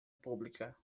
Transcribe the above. pública